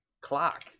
clock